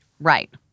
Right